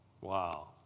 Wow